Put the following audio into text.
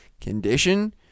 condition